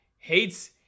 Hates